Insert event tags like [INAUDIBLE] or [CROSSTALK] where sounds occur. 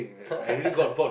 [LAUGHS]